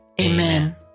Amen